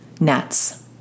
nets